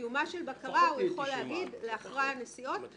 קיומה של בקרה הוא יכול להגיד לאחראי הנסיעות: